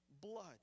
blood